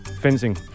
Fencing